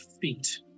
feet